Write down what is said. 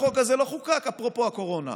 החוק הזה לא חוקק אפרופו הקורונה.